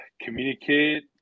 Communicate